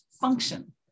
function